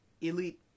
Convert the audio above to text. elite